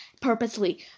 purposely